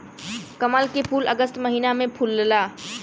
कमल के फूल अगस्त महिना में फुलला